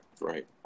Right